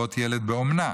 לרבות ילד באומנה,